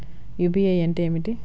UPI అంటే ఏమిటి?